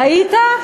ראית?